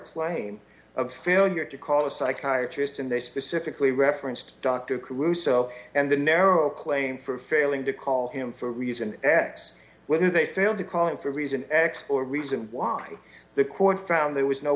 claim of failure to call a psychiatrist and they specifically referenced dr caruso and the narrow claim for failing to call him for reason x whether they failed to call him for reason x or reason why the court found there was no